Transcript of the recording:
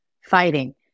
fighting